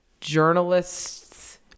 journalists